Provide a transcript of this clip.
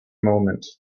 moment